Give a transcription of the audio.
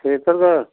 sleeper में